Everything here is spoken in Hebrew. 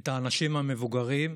את האנשים המבוגרים,